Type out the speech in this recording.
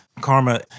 karma